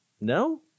No